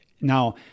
Now